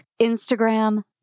Instagram